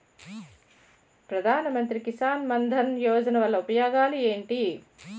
ప్రధాన మంత్రి కిసాన్ మన్ ధన్ యోజన వల్ల ఉపయోగాలు ఏంటి?